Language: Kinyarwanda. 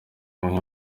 bamwe